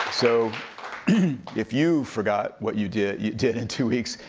so if you forgot what you did you did in two weeks,